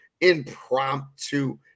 impromptu